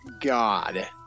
god